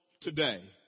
today